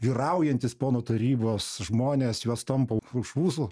vyraujantys ponų tarybos žmonės juos tampo už ūsų